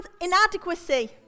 inadequacy